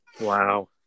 wow